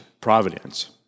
providence